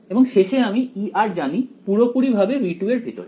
এবং শেষে আমি E জানি পুরোপুরিভাবে V2 এর ভিতরে